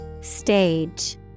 Stage